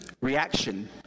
reaction